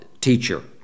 Teacher